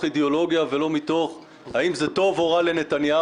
אידאולוגיה ולא מתוך השאלה האם זה טוב או רע לנתניהו.